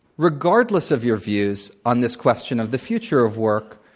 regardless of your views on this question of the future of work,